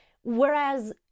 whereas